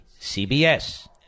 CBS